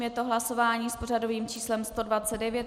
Je to hlasování s pořadovým číslem 129.